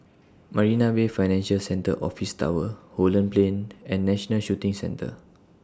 Marina Bay Financial Centre Office Tower Holland Plain and National Shooting Centre